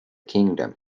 kingdom